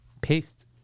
Paste